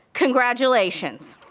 congratulations!